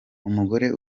umugore